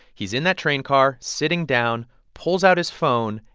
he's in that train car sitting down, pulls out his phone,